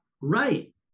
Right